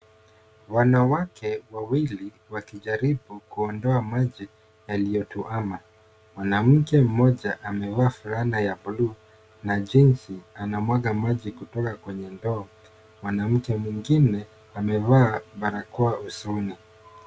Wanawake wawili wakijaribu kuondoa maji yaliyo tuama. Mwanamke mmoja amevaa fulana ya bluu na jinzi, anamwaga maji kutoka kwenye ndoo. Mwanamke mwengine amevaa barakoa usoni.